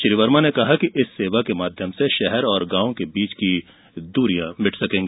श्री वर्मा ने कहा कि इस सेवा के माध्यम से शहर और गाँव के बीच की दूरियाँ मिटेंगी